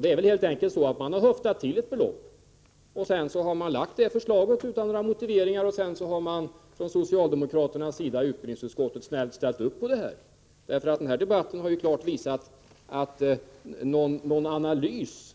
Det är väl helt enkelt så att man höftat till ett belopp och sedan lagt fram det förslaget utan några motiveringar. Så har socialdemokraterna i utbildningsutskottet snällt ställt upp på detta. Den här debatten har ju klart bekräftat att någon analys